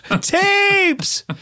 Tapes